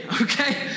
okay